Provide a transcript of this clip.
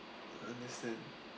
understand